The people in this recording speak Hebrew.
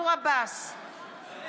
נגד אביר קארה,